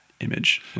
image